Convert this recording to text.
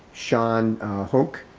sean hoke,